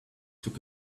took